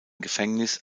gefängnis